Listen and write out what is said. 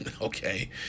Okay